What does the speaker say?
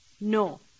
No